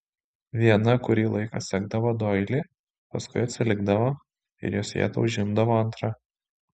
viena kurį laiką sekdavo doilį paskui atsilikdavo ir jos vietą užimdavo antra